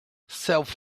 self